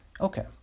Okay